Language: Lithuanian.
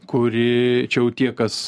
kuri čia jau tie kas